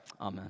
amen